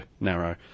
narrow